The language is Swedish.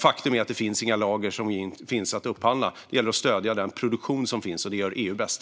Faktum är att det inte finns några lager att upphandla. Det gäller att stödja den produktion som finns, och det gör EU bäst.